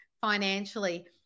financially